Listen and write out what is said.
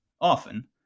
often